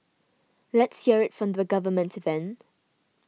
let's hear it from the government then